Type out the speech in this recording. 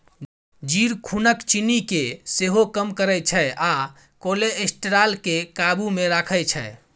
जीर खुनक चिन्नी केँ सेहो कम करय छै आ कोलेस्ट्रॉल केँ काबु मे राखै छै